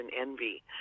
envy